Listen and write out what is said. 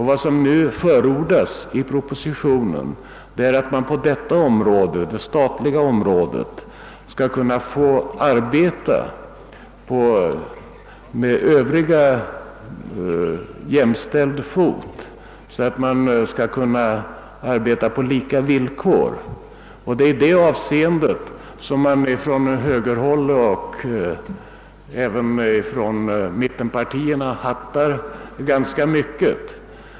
Vad som förordas i propositionen är att man på det statliga området skall kunna få arbeta på med övriga jämställd fot, helt enkelt på lika villkor. I detta avseende hattar högerpartiet — och även mittenpartierna — ganska mycket.